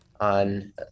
On